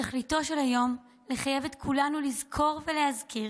תכליתו של היום לחייב את כולנו לזכור ולהזכיר